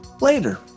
Later